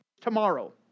tomorrow